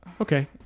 Okay